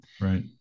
Right